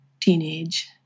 teenage